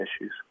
issues